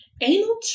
Anal